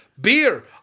Beer